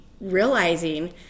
realizing